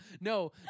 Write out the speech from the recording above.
no